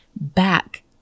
back